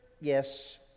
yes